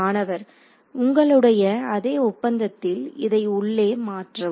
மாணவர் உங்களுடைய அதே ஒப்பந்தத்தில் இதை உள்ளே மாற்றவும்